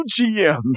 GM